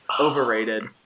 Overrated